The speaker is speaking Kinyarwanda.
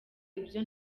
ibyo